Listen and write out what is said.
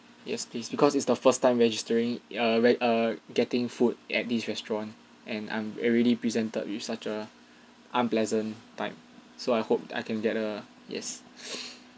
yes please because this is the first time registering err we're err getting food at this restaurant and I'm already presented with such a unpleasant time so I hope that I can get a yes